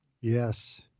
Yes